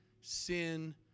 sin